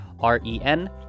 R-E-N